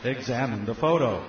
examine the photo